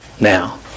now